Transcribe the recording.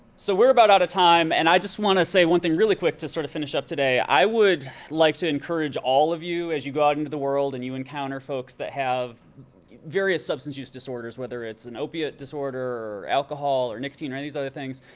so we're about out of time, and i just want to say one thing really quick to sort of finish up today. i would like to encourage all of you, as you go out into the world and you encounter folks that have various substance use disorders, whether it's an opiate disorder or alcohol or nicotine or any these other things,